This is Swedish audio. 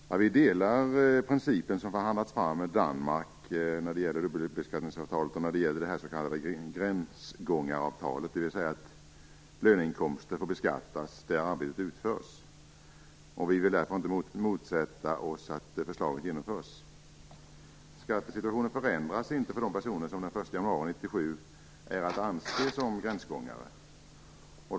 Fru talman! Vi delar uppfattningen att den princip som förhandlats fram med Danmark när det gäller dubbelbeskattningsavtalet och när det gäller det s.k. gränsgångaravtalet, dvs. att löneinkomster får beskattas där arbetet utförs, är bra. Vi vill därför inte motsätta oss att förslaget genomförs. Skattesituationen förändras inte för de personer som den 1 januari 1997 är att anse som gränsgångare.